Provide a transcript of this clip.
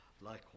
likewise